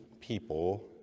people